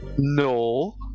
No